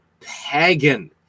pagan